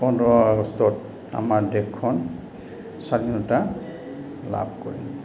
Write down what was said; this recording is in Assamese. পোন্ধৰ আগষ্টত আমাৰ দেশখন স্বাধীনতা লাভ কৰে